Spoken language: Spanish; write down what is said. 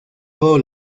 todo